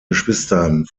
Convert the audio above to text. geschwistern